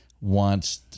wants